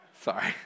Sorry